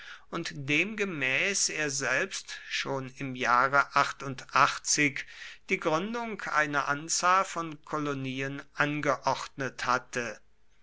und demgemäß er selbst schon im jahre die gründung einer anzahl von kolonien angeordnet hatte